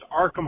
Arkham